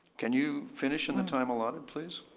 can you finish in the time allotted, please.